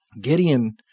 Gideon